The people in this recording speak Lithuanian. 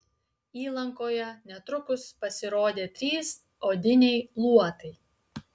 įlankoje netrukus pasirodė trys odiniai luotai